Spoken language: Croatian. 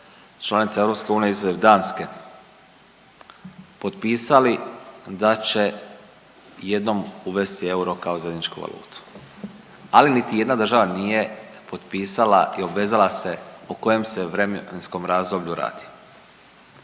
članice EU izuzev Danske potpisali da će jednom uvesti euro kao zajedničku valutu, ali niti jedna država nije potpisala i obvezala se o kojem se vremenskom razdoblju radi.